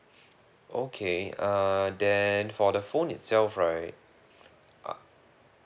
okay uh then for the phone itself right uh